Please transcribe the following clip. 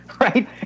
Right